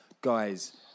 Guys